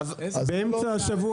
דוד,